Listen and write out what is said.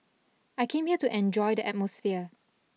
I came here to enjoy the atmosphere